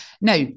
Now